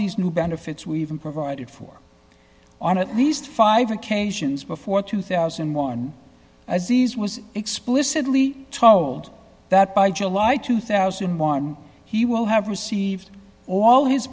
these new benefits were even provided for on at least five occasions before two thousand and one as these was explicitly told that by july two thousand and one he will have received all his